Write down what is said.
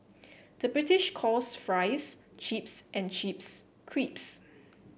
the British calls fries chips and chips crisps